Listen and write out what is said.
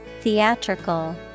theatrical